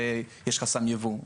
שיש חסם יבוא,